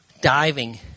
diving